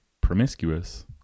promiscuous